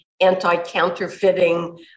anti-counterfeiting